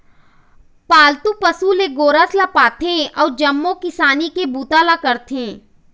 पालतू पशु ले गोरस पाथे अउ जम्मो किसानी के बूता ल करथे